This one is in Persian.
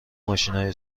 ماشینهای